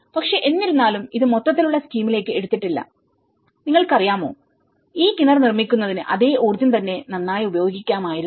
പക്ഷേ എന്നിരുന്നാലും ഇത് മൊത്തത്തിലുള്ള സ്കീമിലേക്ക് എടുത്തിട്ടില്ല നിങ്ങൾക്കറിയാമോ ഈ കിണർ നിർമ്മിക്കുന്നതിന് അതേ ഊർജ്ജം തന്നെ നന്നായി ഉപയോഗിക്കാമായിരുന്നു